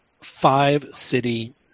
five-city